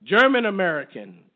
German-American